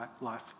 life